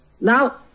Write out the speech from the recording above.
Now